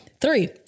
Three